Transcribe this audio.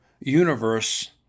universe